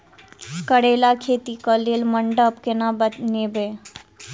करेला खेती कऽ लेल मंडप केना बनैबे?